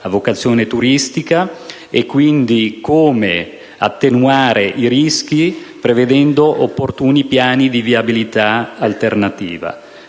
vocazione turistica. Occorre capire quindi come attenuare i rischi prevedendo opportuni piani di viabilità alternativa.